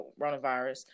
coronavirus